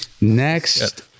next